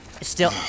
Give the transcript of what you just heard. Still-